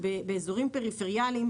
באזורים פריפרייאלים,